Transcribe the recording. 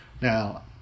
Now